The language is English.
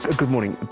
ah good morning.